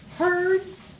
herds